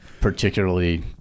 particularly